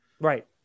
Right